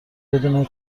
بدون